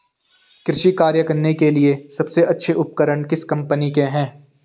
कृषि कार्य करने के लिए सबसे अच्छे उपकरण किस कंपनी के हैं?